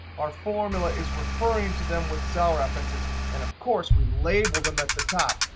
our formula is referring to them with cell references. and of course, we labeled them at the top.